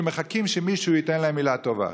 שמחכים שמישהו ייתן להם מילה טובה.